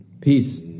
Peace